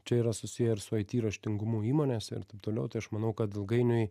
čia yra susiję ir su it raštingumu įmonėse ir taip toliau tai aš manau kad ilgainiui